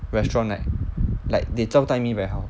restaurant right like they 招待 me very 好